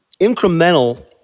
incremental